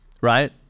right